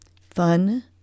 Fun